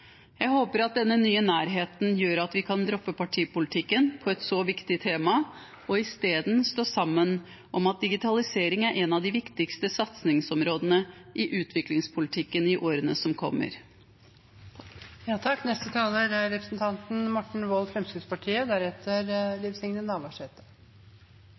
Jeg håper at denne nye nærheten gjør at vi kan droppe partipolitikken i et så viktig tema og isteden stå sammen om at digitalisering er et av de viktigste satsingsområdene i utviklingspolitikken i årene som